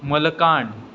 Malakand